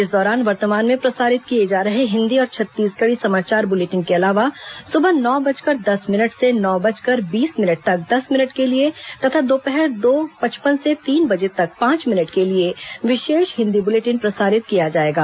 इस दौरान वर्तमान में प्रसारित किए जा रहे हिन्दी और छत्तीसगढ़ी समाचार बुलेटिन के अलावा सुबह नौ बजकर दस मिनट से नौ बजकर बीस मिनट तक दस मिनट के लिए तथा दोपहर दो पचपन से तीन बजे तक पांच मिनट के लिए विशेष हिन्दी बुलेटिन प्रसारित किया जाएगा